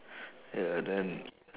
ya and then